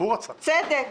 צדק.